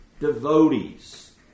devotees